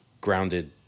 grounded